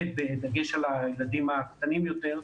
בגיל של הילדים הקטנים יותר,